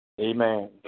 Amen